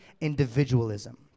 individualism